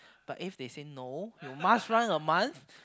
but if they say no you must rent a month